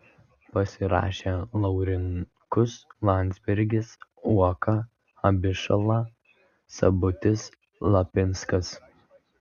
pasirašė laurinkus landsbergis uoka abišala sabutis lapinskas